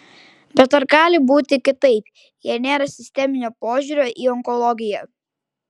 bet ar gali būti kitaip jei nėra sisteminio požiūrio į onkologiją